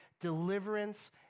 deliverance